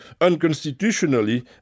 unconstitutionally